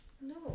No